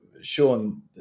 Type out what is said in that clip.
Sean